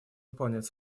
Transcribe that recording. выполнять